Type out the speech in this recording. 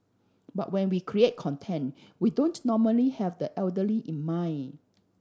but when we create content we don't normally have the elderly in mind